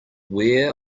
where